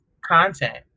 Content